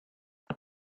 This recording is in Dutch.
hij